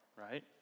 right